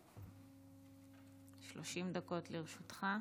30 דקות לרשותך.